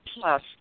Plus